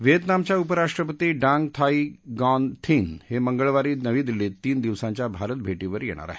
व्हिएतनामच्या उपराष्ट्रपती Dang Thi Ngoc Thinh हे मंगळवारी नवीदिल्लीत तीन दिवसांच्या भारत भेटीवर येणार आहेत